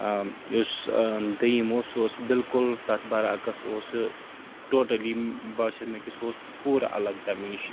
یُس دٔیِم اوس سُہ اوس بالکل تَتھ بَرعکَس اوس سُہ ٹوٹلی باسیو مےٚ کہِ سُہ اوس پوٗرٕ اَلَگ تَمہِ نِش